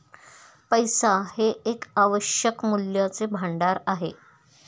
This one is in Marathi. पैसा हे एक आवश्यक मूल्याचे भांडार आहे